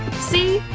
see,